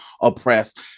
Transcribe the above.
oppressed